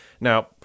Now